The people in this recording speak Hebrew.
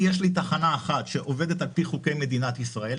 יש לי תחנה אחת שעובדת על פי חוקי מדינת ישראל,